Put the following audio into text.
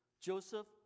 Joseph